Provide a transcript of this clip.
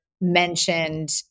mentioned